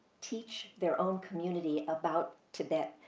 teach their own community about tibet,